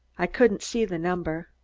i couldn't see the number.